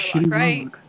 right